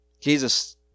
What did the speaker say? Jesus